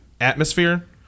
atmosphere